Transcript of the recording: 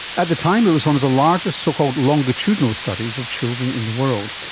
at the time it was one of the largest so-called longitudinal studies of children in the world,